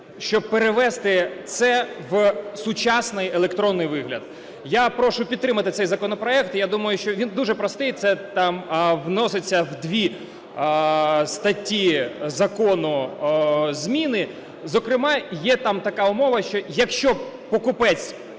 щоб перевести це в сучасний електронний вигляд. Я прошу підтримати цей законопроект. Я думаю, що він… Він дуже простий, це там вносяться в дві статті закону зміни, зокрема є там така умова, що якщо покупець